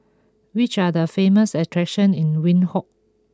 which are the famous attraction in Windhoek